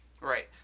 Right